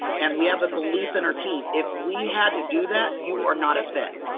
and we have a belief in our team. if we had to do that, you are not a fit.